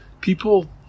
people